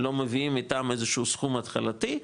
לא מביאים איתם איזשהו סכום התחלתי,